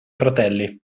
fratelli